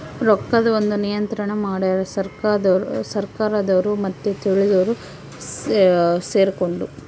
ರೊಕ್ಕದ್ ಒಂದ್ ನಿಯಂತ್ರಣ ಮಡ್ಯಾರ್ ಸರ್ಕಾರದೊರು ಮತ್ತೆ ತಿಳ್ದೊರು ಸೆರ್ಕೊಂಡು